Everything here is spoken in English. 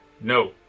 No